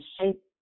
shape